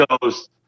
goes